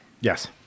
Yes